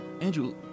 Andrew